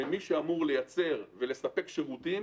ומי שאמור לייצר ולספק שירותים